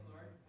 Lord